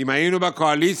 אם היינו בקואליציה,